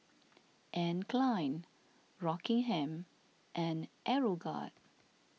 Anne Klein Rockingham and Aeroguard